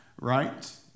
right